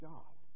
God